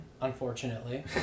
unfortunately